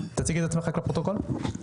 המסמך והיום הוא צרוד, אז אני מדבר בשמו.